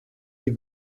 die